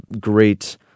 great